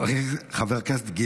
חבר הכנסת נאור שירי.